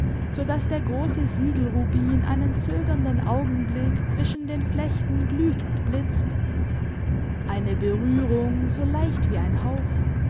so daß der große siegelrubin einen zögernden augenblick zwischen den flechten glüht und blitzt eine berührung so leicht wie ein hauch